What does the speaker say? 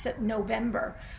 November